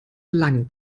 lang